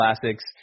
Classics